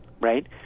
right